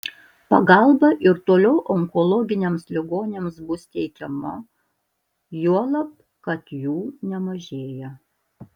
pagalba ir toliau onkologiniams ligoniams bus teikiama juolab kad jų nemažėja